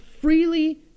freely